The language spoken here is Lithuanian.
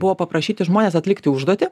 buvo paprašyti žmones atlikti užduoti